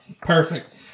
Perfect